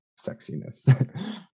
sexiness